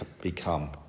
become